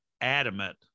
adamant